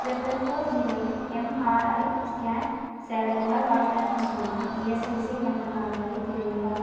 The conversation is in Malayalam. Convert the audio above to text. ജബൽപൂർ ജില്ലയിൽ എം ആർ ഐ സ്കാൻ സേവനങ്ങൾ വാഗ്ദാനം ചെയ്യുന്ന ഇ എസ് ഐ സി കേന്ദ്രങ്ങൾക്കായി തിരയുക